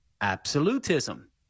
absolutism